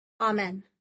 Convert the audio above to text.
Amen